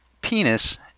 penis